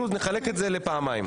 נחלק את זה לשניים.